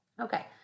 Okay